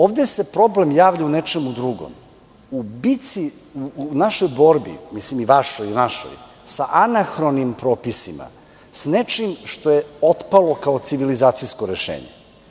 Ovde se problem javlja u nečemu drugom, u našoj borbi, i našoj i vašoj, sa anahronim propisima, sa nečim što je otpalo kao civilizacijsko rešenje.